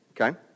okay